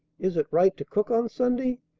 is it right to cook on sunday?